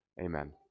Amen